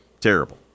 terrible